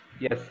yes